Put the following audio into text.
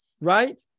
right